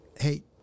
hey